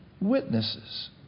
witnesses